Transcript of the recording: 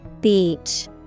Beach